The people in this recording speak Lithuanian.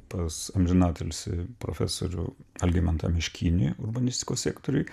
pas amžinatilsį profesorių algimantą miškinį urbanistikos sektoriuj